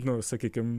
nu sakykim